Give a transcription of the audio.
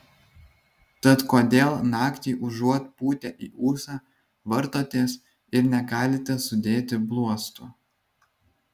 tad kodėl naktį užuot pūtę į ūsą vartotės ir negalite sudėti bluosto